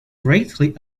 greatly